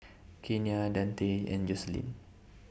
Kenia Dante and Joselyn